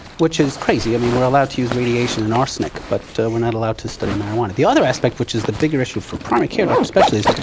which is crazy. i mean, we're allowed to use radiation and arsenic, but we're not allowed to study marijuana. the other aspect, which is the bigger issue for a primary care doc especially, is,